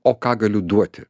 o ką galiu duoti